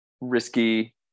risky